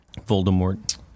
Voldemort